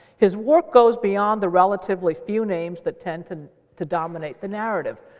his work goes beyond the relatively few names that tend to to dominate the narrative.